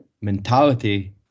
mentality